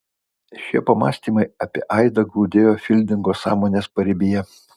šie pamąstymai apie aidą glūdėjo fildingo sąmonės paribyje